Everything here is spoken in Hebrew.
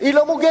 היא לא מוגשת.